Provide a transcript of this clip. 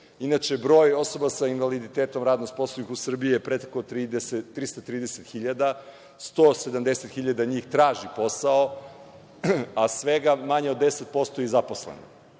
Inače, broj osoba sa invaliditetom radno sposobnih u Srbiji je preko 330.000, 170.000 njih traži posao, a svega manje od 10% je zaposleno.